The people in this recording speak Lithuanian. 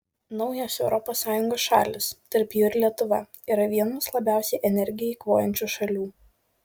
naujos europos sąjungos šalys tarp jų ir lietuva yra vienos labiausiai energiją eikvojančių šalių